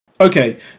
Okay